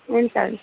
हुन्छ हुन्छ